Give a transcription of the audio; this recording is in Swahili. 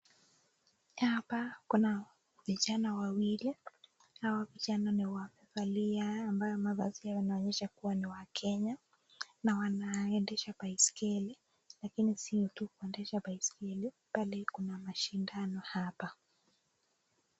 Hapa kuna vijana wawili, hawa vijana ni wamevalia ambayo mavazi yao inaonyesha ni wakenya na wanaendesha baiskeli, lakini sio tu kuendesha baiskeli ,bali kuna mashindano hapa.